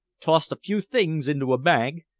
tossed a few things into a bag,